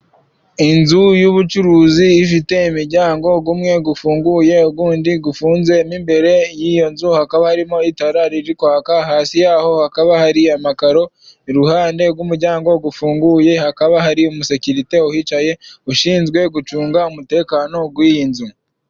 Inzu y'ubucuruzi ifite imiryango, umwe ufunguye，undi ufunze，mo imbere y'iyo nzu hakaba harimo itara riri kwaka，hasi y’aho hakaba hari amakaro， iruhande rw'umuryango ufunguye hakaba hari umusekirite uhicaye， ushinzwe gucunga umutekano w'iyo nzu.